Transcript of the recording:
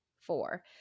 four